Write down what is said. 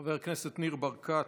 חבר הכנסת ניר ברקת,